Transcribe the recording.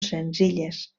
senzilles